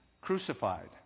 crucified